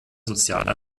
sozialer